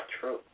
true